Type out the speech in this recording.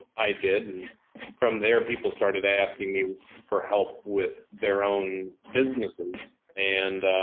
i did. and from there people started asking me for help with their own businesses and,